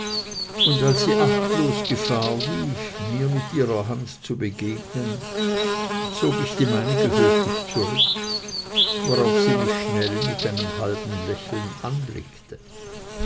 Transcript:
und als sie achtlos gefahr lief mir mit ihrer hand zu begegnen zog ich die meinige höflich zurück wofür sie mich schnell mit einem halben lächeln anblickte